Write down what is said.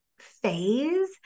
phase